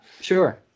Sure